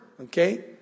Okay